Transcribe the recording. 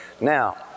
Now